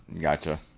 Gotcha